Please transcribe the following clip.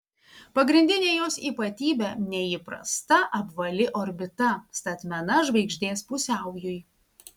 pagrindinė jos ypatybė neįprasta apvali orbita statmena žvaigždės pusiaujui